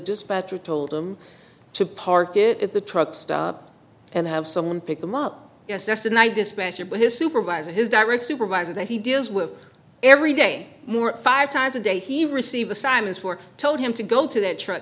dispatcher told him to park it at the truck stop and have someone pick them up yes yes and i dispatcher his supervisor his direct supervisor that he deals with every day more five times a day he receive assignments were told him to go to that truck